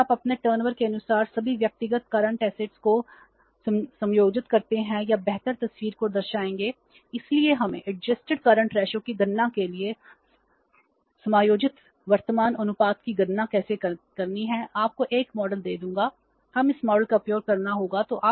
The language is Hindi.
और यदि आप अपने टर्नओवर को समायोजित करना होगा